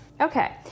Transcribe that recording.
Okay